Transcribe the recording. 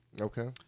Okay